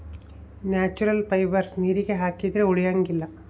natural fibres ನೀರಿಗೆ ಹಾಕಿದ್ರೆ ಉಳಿಯಂಗಿಲ್ಲ